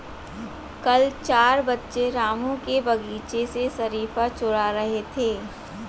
कल चार बच्चे रामू के बगीचे से शरीफा चूरा रहे थे